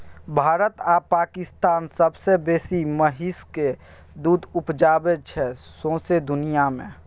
भारत आ पाकिस्तान सबसँ बेसी महिषक दुध उपजाबै छै सौंसे दुनियाँ मे